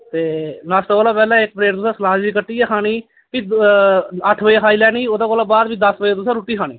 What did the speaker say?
ते नाशते कोला पैह्ले इक प्लेट तुसें सलाद दी कट्टियै खानी भी अट्ठ बजे खाई लैनी ओह्दे कोला बाद भी दस बजे तुसें रुट्टी खानी